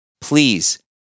please